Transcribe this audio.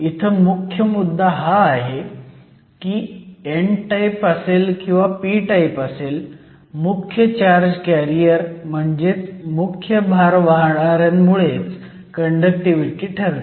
इथं मुख्य मुद्दा हा आहे की n टाईप असेल किंवा p टाईप असेल मुख्य चार्ज कॅरियर म्हणजेच मुख्य भार वाहणाऱ्यांमुळे कंडक्टिव्हिटी ठरते